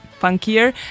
funkier